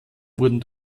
wurden